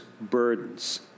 burdens